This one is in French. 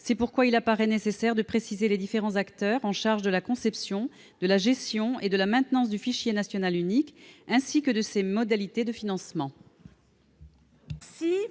efficacement, il paraît nécessaire de préciser les différents acteurs chargés de la conception, de la gestion et de la maintenance du fichier national unique, ainsi que les modalités de financement.